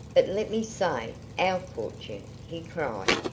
but let me say, our fortune, he cried.